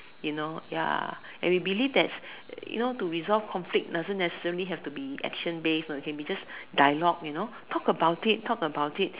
you know ya and we believe that you know to resolve conflict doesn't necessarily have to be action based you know it can be just dialogue you know talk about it talk about it